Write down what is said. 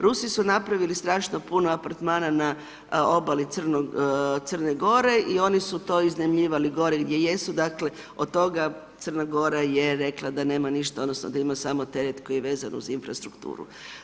Rusi su napravili strašno puno apartmana na obali Crne Gore i oni su to iznajmljivali gore gdje jesu, dakle od toga Crna Gora je rekla da nema ništa odnosno da ima samo teret koji vezan uz infrastrukturu.